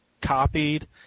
copied